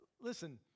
Listen